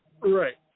Right